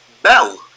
Bell